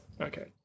Okay